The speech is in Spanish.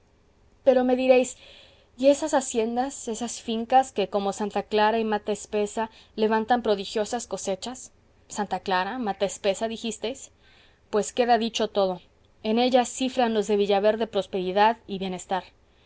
pero me diréis y esas haciendas esas fincas que como santa clara y mata espesa levantan prodigiosas cosechas santa clara mata espesa dijisteis pues queda dicho todo en ella cifran los de villaverde prosperidad y bienestar